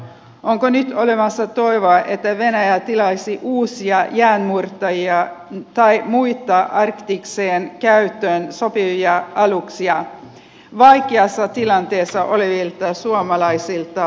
onko nyt olemassa toivoa että venäjä tilaisi uusia jäänmurtajia tai muita arktiseen käyttöön sopivia aluksia vaikeassa tilanteessa olevilta suomalaisilta telakoilta